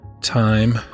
time